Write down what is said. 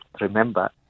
remember